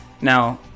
Now